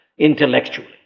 intellectually